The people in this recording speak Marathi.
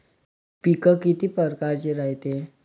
पिकं किती परकारचे रायते?